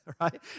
right